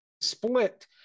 split